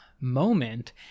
moment